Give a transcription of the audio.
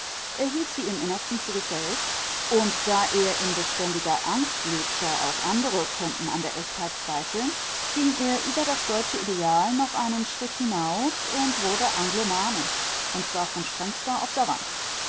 er hielt sie im innersten für gefälscht und da er in beständiger angst lebte auch andere könnten an der echtheit zweifeln ging er über das deutsche ideal noch einen schritt hinaus und wurde anglomane und zwar von strengster observanz